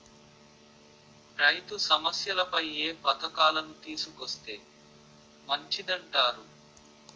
రైతు సమస్యలపై ఏ పథకాలను తీసుకొస్తే మంచిదంటారు?